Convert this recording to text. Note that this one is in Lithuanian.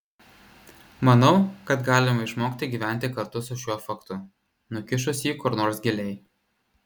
manau kad galima išmokti gyventi kartu su šiuo faktu nukišus jį kur nors giliai